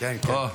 אוה,